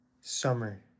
Summer